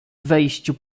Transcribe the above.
wejściu